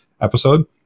episode